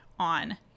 on